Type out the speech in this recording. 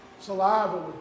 saliva